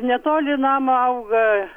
netoli namo auga